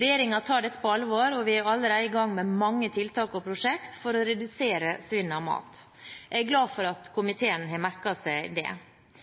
Regjeringen tar dette på alvor, og vi er allerede i gang med mange tiltak og prosjekter for å redusere svinnet av mat. Jeg er glad for at komiteen har merket seg det.